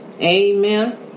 Amen